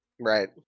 right